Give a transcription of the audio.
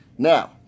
Now